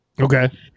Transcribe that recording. Okay